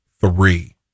three